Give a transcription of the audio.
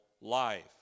life